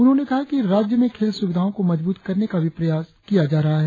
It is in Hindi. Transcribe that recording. उन्होंने कहा कि राज्य में खेल सुविधाओ को मजबूत करने का भी प्रयास किया जा रहा है